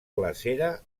glacera